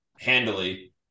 handily